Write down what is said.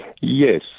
Yes